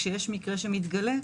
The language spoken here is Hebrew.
כשיש מקרה שמתגלה,